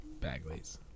Bagley's